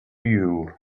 you